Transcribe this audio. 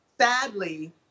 sadly